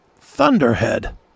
thunderhead